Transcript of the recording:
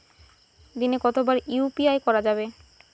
দিনে কতবার ইউ.পি.আই করা যাবে?